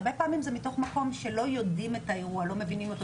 הרבה פעמים זה ממקום שלא יודעים ולא מבינים את האירוע.